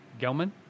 Gelman